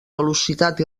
velocitat